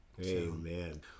amen